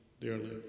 dearly